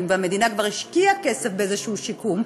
והמדינה כבר השקיעה כסף באיזשהו שיקום,